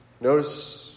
Notice